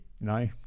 no